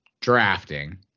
drafting